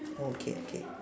okay okay